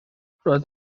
roedd